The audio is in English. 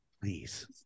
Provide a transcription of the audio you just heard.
Please